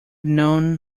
known